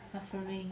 suffering